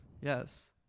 yes